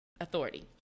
authority